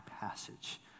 passage